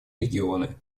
регионы